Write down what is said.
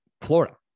Florida